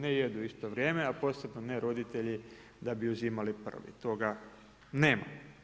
Ne jedu u isto vrijeme, a posebno ne roditelji da bi uzimali prvi, toga nema.